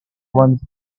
once